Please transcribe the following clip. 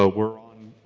ah we're on